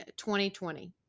2020